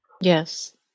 yes